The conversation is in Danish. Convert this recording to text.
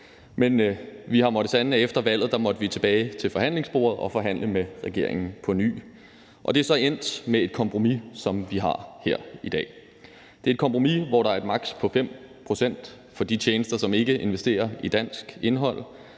men vi har måttet sande, at efter valget måtte vi tilbage til forhandlingsbordet og forhandle med regeringen på ny. Det er så endt med et kompromis, som vi har her i dag. Det er et kompromis, hvor der er et maksimum på 5 pct. for de tjenester, som ikke investerer i dansk indhold,